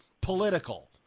political